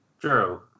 True